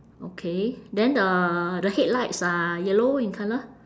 okay then the the headlights are yellow in colour